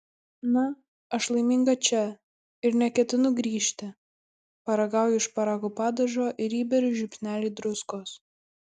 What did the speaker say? na aš laiminga čia ir neketinu grįžti paragauju šparagų padažo ir įberiu žiupsnelį druskos